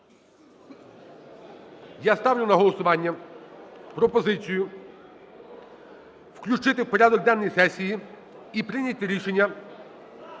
Я ставлю на голосування пропозицію включити в порядок денний сесії і прийняти рішення